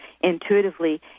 intuitively